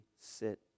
sit